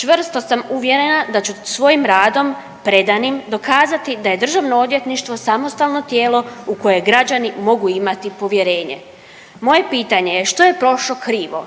Čvrsto sam uvjerena da ću svojim radom predanim, dokazati da je DORH samostalno tijelo u koje građani mogu imati povjerenje. Moje pitanje je što je prošlo krivo?